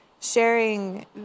sharing